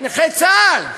זה שקר.